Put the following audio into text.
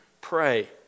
pray